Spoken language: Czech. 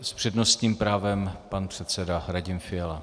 S přednostním právem pan předseda Radim Fiala.